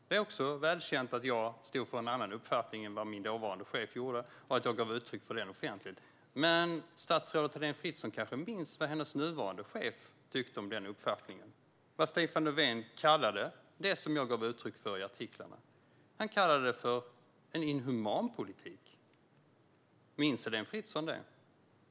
Det är också välkänt att jag stod för en annan uppfattning än vad min dåvarande chef gjorde och att jag gav uttryck för den offentligt. Men statsrådet Heléne Fritzon kanske minns vad hennes nuvarande chef tyckte om den uppfattningen och vad Stefan Löfven kallade det som jag gav uttryck för i artiklarna. Han kallade det för en inhuman politik. Minns Heléne Fritzon det?